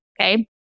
Okay